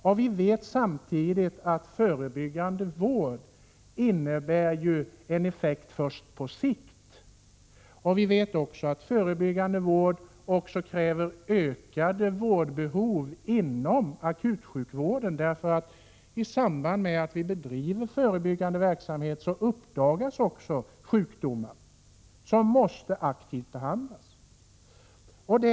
Samtidigt vet vi ju att förebyggande vård får effekt först på sikt. Vi vet också att förebyggande vård medför ökande vårdbehov inom akutsjukvården. I samband med förebyggande sjukvård uppdagas ju också sjukdomar som måste behandlas aktivt.